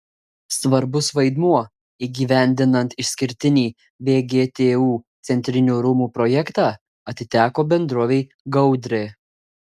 svarbus vaidmuo įgyvendinant išskirtinį vgtu centrinių rūmų projektą atiteko bendrovei gaudrė